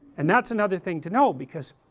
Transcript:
and that is another thing to know, because